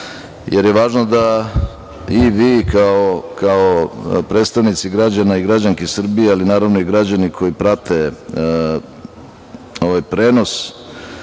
jer je važno da i vi, kao predstavnici građana i građanki Srbije, ali naravno i građani koji prate ovaj prenos,